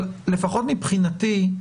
לפחות מבחינתי,